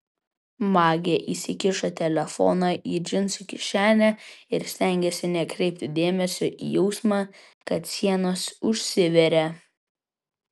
magė įsikišo telefoną į džinsų kišenę ir stengėsi nekreipti dėmesio į jausmą kad sienos užsiveria